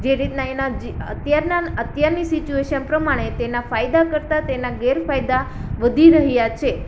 જે રીતના એના અત્યારના અત્યારની સિચવેશન પ્રમાણે તેના ફાયદા કરતા તેના ગેરફાયદા વધી રહ્યાં છે